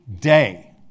day